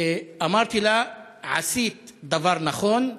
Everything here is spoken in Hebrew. ואמרתי לה: עשית דבר נכון,